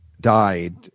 died